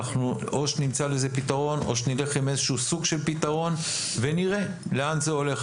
או שנמצא לזה פתרון או שנלך עם איזשהו סוג של פתרון ונראה לאן זה הולך.